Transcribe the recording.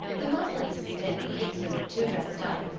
the muslin is stiff, and makes you look too dressed up.